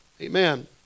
Amen